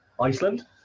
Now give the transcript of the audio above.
Iceland